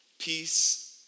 peace